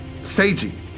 Seiji